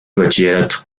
bachillerato